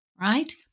right